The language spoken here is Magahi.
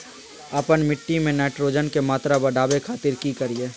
आपन मिट्टी में नाइट्रोजन के मात्रा बढ़ावे खातिर की करिय?